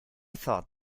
thought